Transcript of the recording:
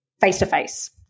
face-to-face